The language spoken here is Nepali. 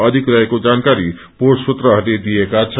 अधिक रहेको जानकारी बोंड सूत्रहरूले दिएका छन्